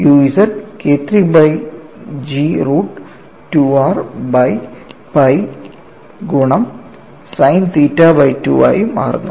അതിനാൽ u z KIII by G root 2r by pi ഗുണം sine theta by 2 ആയി മാറുന്നു